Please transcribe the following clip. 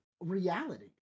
reality